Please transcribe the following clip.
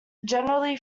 generally